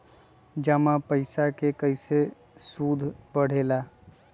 जमा पईसा के कइसे सूद बढे ला?